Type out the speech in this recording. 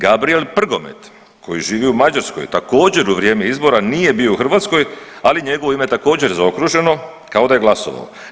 Gabrijel Prgomet koji živi u Mađarskoj također u vrijeme izbora nije bio u Hrvatskoj, ali njegovo ime je također zaokruženo kao da je glasovao.